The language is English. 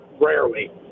rarely